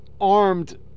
armed